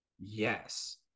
Yes